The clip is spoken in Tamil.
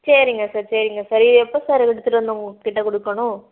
சரிங்க சார் சரிங்க சார் இது எப்போ சார் எடுத்துகிட்டு வந்து உங்கள்கிட்ட கொடுக்கணும்